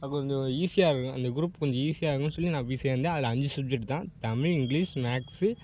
அப்போ கொஞ்சம் ஈசியாக இருக்கும் அந்த க்ரூப் கொஞ்சம் ஈசியாக இருக்கும்னு சொல்லி நான் போய் சேர்ந்தேன் அதில் அஞ்சு சப்ஜெக்ட் தான் தமிழ் இங்கிலிஷ் மேக்ஸு